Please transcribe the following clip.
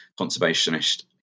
conservationist